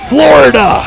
Florida